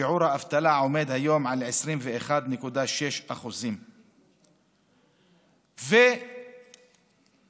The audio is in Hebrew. שיעור האבטלה עומד היום על 21.6%. אני אומר,